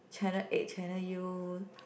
channel eight Channel U